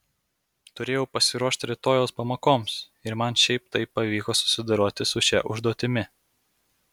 turėjau pasiruošti rytojaus pamokoms ir man šiaip taip pavyko susidoroti su šia užduotimi